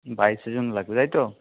বাইশে জুন লাগবে তাই তো